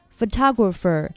Photographer